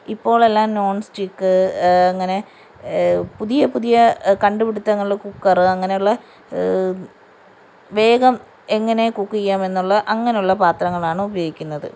ഇപ്പോഴെല്ലാം non stick അങ്ങനെ പുതിയ പുതിയ കണ്ടുപിടുത്തങ്ങൾ കുക്കറ് അങ്ങനെയുള്ള വേഗം എങ്ങനെ കുക്ക് ചെയ്യാമെന്നുള്ള അങ്ങനുള്ള പാത്രങ്ങളാണുപയോഗിക്കുന്നത്